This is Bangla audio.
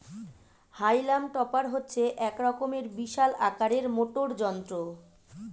হাইলাম টপার হচ্ছে এক রকমের বিশাল আকারের মোটর যন্ত্র